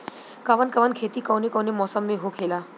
कवन कवन खेती कउने कउने मौसम में होखेला?